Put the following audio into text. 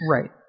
Right